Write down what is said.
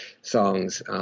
songs